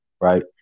right